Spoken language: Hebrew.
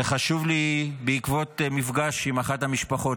זה חשוב לי בעקבות מפגש עם אחת המשפחות,